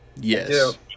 Yes